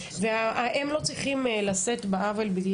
והם לא צריכים לשאת בעוול.